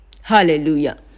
Hallelujah